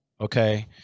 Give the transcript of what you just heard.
Okay